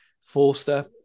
Forster